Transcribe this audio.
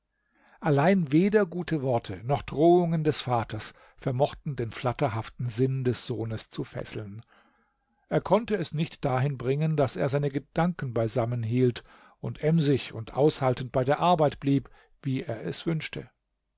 allein weder gute worte noch drohungen des vaters vermochten den flatterhaften sinn des sohnes zu fesseln er konnte es nicht dahin bringen daß er seine gedanken beisammenhielt und emsig und aushaltend bei der arbeit blieb wie er es wünschte